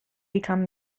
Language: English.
become